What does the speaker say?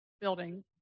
building